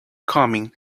coming